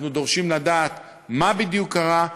אנחנו דורשים לדעת מה בדיוק קרה,